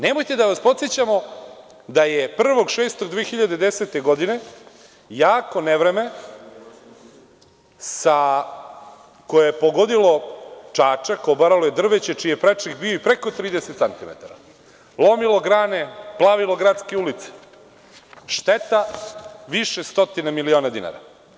Nemojte da vas podsećamo da je 1.06.2010. godine jako nevreme koje je pogodilo Čačak, obaralo je drveće čiji je prečnik bio i preko 30 santimetara, lomilo grane, plavilo gradske ulice, šteta više stotina miliona dinara.